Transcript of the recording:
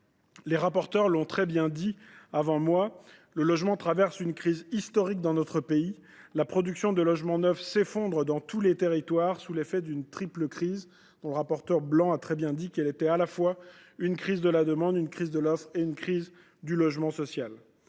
les rapporteurs l’ont indiqué, le logement traverse une crise historique dans notre pays. La production de logements neufs s’effondre dans tous les territoires, sous l’effet d’une triple crise, dont le rapporteur spécial Jean Baptiste Blanc a souligné à juste titre qu’elle était à la fois une crise de la demande, une crise de l’offre et une crise du logement social.